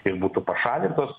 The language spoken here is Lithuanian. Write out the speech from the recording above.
ir būtų pašalintos